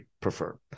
prefer